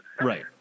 Right